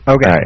Okay